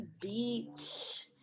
beach